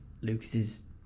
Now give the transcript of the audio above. Lucas's